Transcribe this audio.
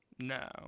No